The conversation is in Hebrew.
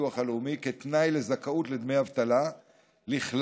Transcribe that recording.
הביטוח הלאומי כתנאי לזכאות לדמי אבטלה לכלל